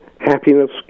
Happiness